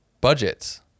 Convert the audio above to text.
budgets